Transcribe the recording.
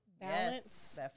balance